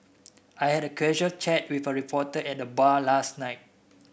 I had a casual chat with a reporter at the bar last night